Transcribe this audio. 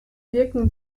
wirken